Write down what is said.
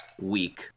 week